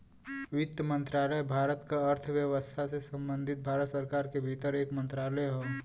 वित्त मंत्रालय भारत क अर्थव्यवस्था से संबंधित भारत सरकार के भीतर एक मंत्रालय हौ